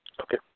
Okay